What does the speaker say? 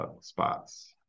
spots